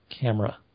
camera